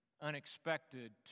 unexpected